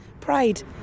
pride